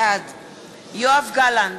בעד יואב גלנט,